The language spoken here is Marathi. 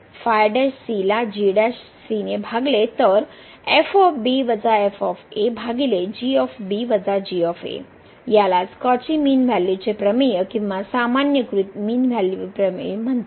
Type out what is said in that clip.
ला ने भागले तर यालाच कौची मीन व्हॅल्यू चे प्रमेय किंवा सामान्यीकृत मीन व्हॅल्यू चे प्रमेय म्हणतात